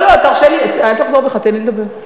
לא, לא, תרשה לי, אל תחזור בך, תן לי לדבר.